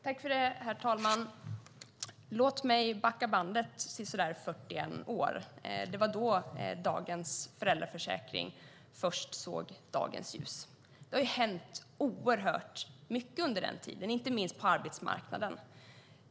Herr talman! Låt mig backa bandet sisådär 41 år. Det var då dagens föräldraförsäkring först såg dagens ljus. Det har hänt oerhört mycket under den tiden, inte minst på arbetsmarknaden.